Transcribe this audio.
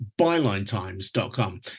bylinetimes.com